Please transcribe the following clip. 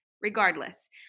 regardless